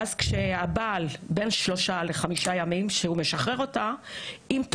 אבל כשהבעל משחרר אותה לאחר שלושה-חמישה ימים,